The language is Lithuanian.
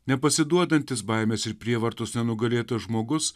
nepasiduodantis baimės ir prievartos nenugalėtas žmogus